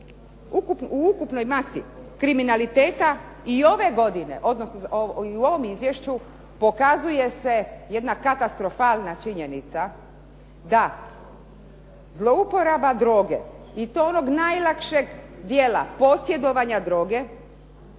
u ukupnoj masi kriminaliteta i ove godine, odnosno i u ovom izvješću pokazuje se jedna katastrofalna činjenica da zlouporaba droge i to onog najlakšeg dijela posjedovanja droge